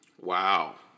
wow